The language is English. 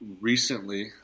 recently